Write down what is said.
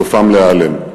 סופן להיעלם.